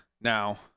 now